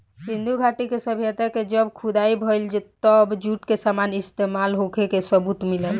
सिंधु घाटी के सभ्यता के जब खुदाई भईल तब जूट के सामान इस्तमाल होखे के सबूत मिलल